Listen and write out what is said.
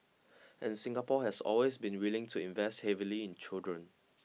and Singapore has always been willing to invest heavily in children